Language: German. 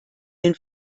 den